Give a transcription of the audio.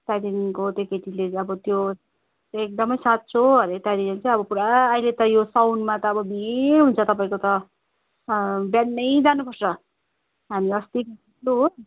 त्यहाँदेखिन्को त्यो केटीले अब त्यो चाहिँ एकदमै साँचो अरे त्यहाँनिर चाहिँ अब पुरा अहिले त यो साउनमा त अब भिड हुन्छ तपाईँको त बिहानै जानुपर्छ हामी अस्ति हो